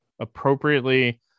appropriately